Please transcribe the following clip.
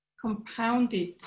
compounded